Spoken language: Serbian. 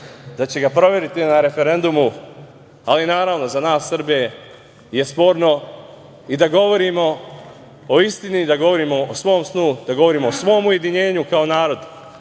da će ga proveriti na referendumu, ali naravno, za nas Srbe je sporno i da govorimo o istini, da govorimo o svom snu, da govorimo o svom jedinjenju kao narod,